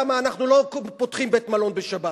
למה אנחנו לא פותחים מלון בשבת.